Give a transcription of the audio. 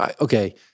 okay